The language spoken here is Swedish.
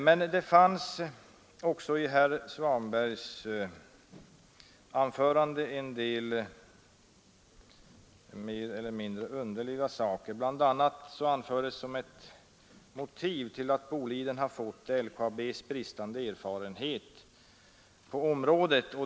Men det fanns också i herr Svanbergs anförande en del andra mer eller mindre underliga inslag. Bl. a. anfördes som ett motiv till att Boliden fått uppdraget LKAB:s bristande erfarenhet på området.